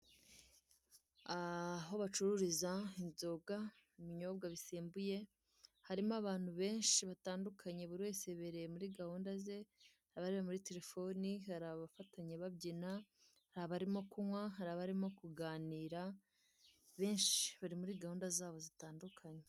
Aho bacururiza inzoga ibinyobwa bisembuye, harimo abantu benshi batandukanye buri wese yibereye muri gahunda ze abareba muri Telefone, hari abafatanye babyina, hari abarimo kunywa, hari abarimo kuganira Benshi bari muri gahunda zabo zitandukanye.